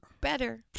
better